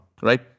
right